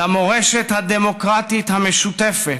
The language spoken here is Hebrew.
למורשת הדמוקרטית המשותפת,